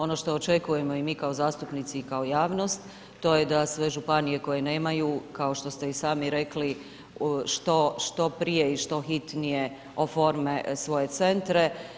Ono što očekujemo i mi kao zastupnici i kao javnost, to je da sve županije koje nemaju, kao što ste i sami rekli, što prije i što hitnije oforme svoje centre.